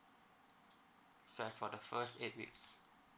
so as for the first eight weeks